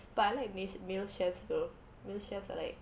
but I like male ch~ male chefs though male chefs are like